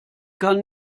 kann